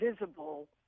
visible